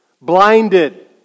blinded